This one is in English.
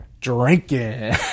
drinking